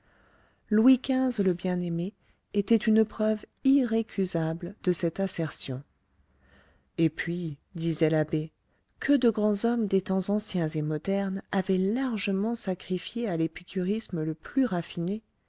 louis xv le bien-aimé était une preuve irrécusable de cette assertion et puis disait l'abbé que de grands hommes des temps anciens et modernes avaient largement sacrifié à l'épicurisme le plus raffiné